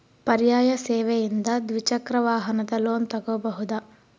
ಪರ್ಯಾಯ ಸೇವೆಯಿಂದ ದ್ವಿಚಕ್ರ ವಾಹನದ ಲೋನ್ ತಗೋಬಹುದಾ?